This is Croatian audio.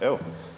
Evo.